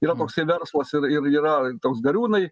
yra toksai verslas ir ir yra toks gariūnai